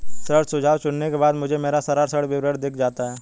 ऋण सुझाव चुनने के बाद मुझे मेरा सारा ऋण विवरण दिख जाता है